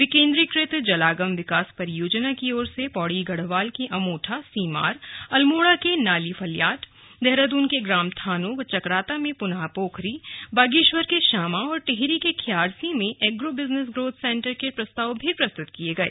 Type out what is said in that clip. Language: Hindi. विकेन्द्रीकृत जलागम विकास परियोजना की ओर से पौड़ी गढवाल के अमोठा सीमार अल्मोड़ा के नाली फल्याट देहरादून के ग्राम थानो व चकराता में पुनाह पोखरी बागेश्वर के शामा और टिहरी के ख्यार्सी में एग्रो बिजनेस ग्रोथ सेंटर के प्रस्ताव भी प्रस्तुत किये गये